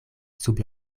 sub